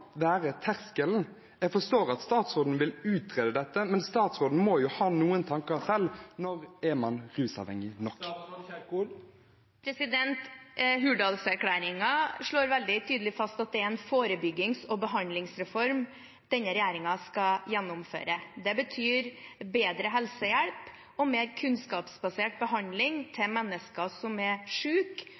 terskelen? Jeg forstår at statsråden vil utrede dette, men statsråden må jo ha noen tanker selv. Når er man rusavhengig nok? Hurdalsplattformen slår veldig tydelig fast at det er en forebyggings- og behandlingsreform denne regjeringen skal gjennomføre. Det betyr bedre helsehjelp og mer kunnskapsbasert behandling til mennesker som er